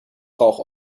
rauch